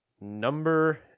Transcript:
Number